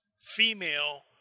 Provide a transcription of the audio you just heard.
female